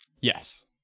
yes